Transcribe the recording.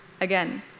Again